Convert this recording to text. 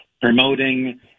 promoting